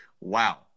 wow